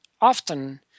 often